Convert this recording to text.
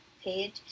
page